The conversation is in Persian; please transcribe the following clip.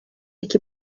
یکی